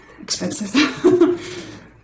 expensive